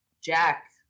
Jack